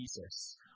Jesus